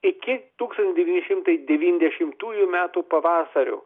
iki tūkstantis devyni šimtai deviniasdešimtųjų metų pavasario